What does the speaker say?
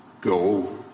go